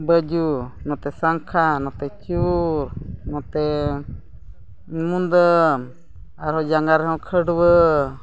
ᱵᱟᱹᱡᱩ ᱱᱚᱛᱮ ᱥᱟᱝᱠᱷᱟ ᱱᱚᱛᱮ ᱪᱩᱲ ᱱᱚᱛᱮ ᱢᱩᱫᱟᱹᱢ ᱟᱨ ᱡᱟᱸᱜᱟ ᱨᱮᱦᱚᱸ ᱠᱷᱟᱹᱰᱩᱣᱟᱹ